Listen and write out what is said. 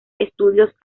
estudios